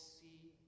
see